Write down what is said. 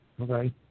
okay